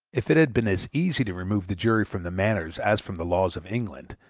if it had been as easy to remove the jury from the manners as from the laws of england,